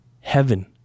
heaven